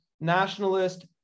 nationalist